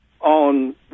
on